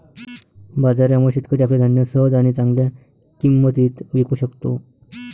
बाजारामुळे, शेतकरी आपले धान्य सहज आणि चांगल्या किंमतीत विकू शकतो